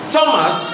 Thomas